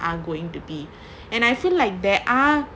are going to be and I feel like there are